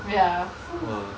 ya so